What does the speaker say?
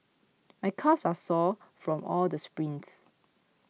my calves are sore from all the sprints